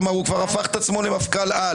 כלומר, הוא כבר הפך את עצמו למפכ"ל על.